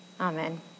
Amen